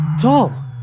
tall